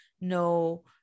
no